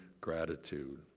gratitude